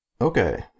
Okay